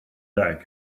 bag